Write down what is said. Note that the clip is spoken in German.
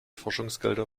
forschungsgelder